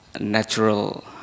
natural